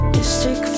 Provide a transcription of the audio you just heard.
Mystic